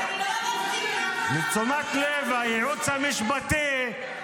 לתשומת לב הייעוץ המשפטי,